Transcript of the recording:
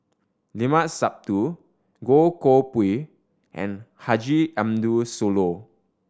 Limat Sabtu Goh Koh Pui and Haji Ambo Sooloh